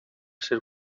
ser